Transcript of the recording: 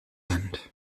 end